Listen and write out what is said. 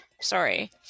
Sorry